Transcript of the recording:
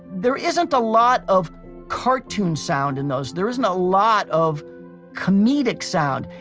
there isn't a lot of cartoon sound in those. there isn't a lot of comedic sound.